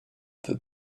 that